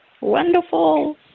Wonderful